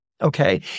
Okay